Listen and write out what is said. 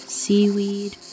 seaweed